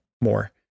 More